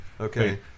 Okay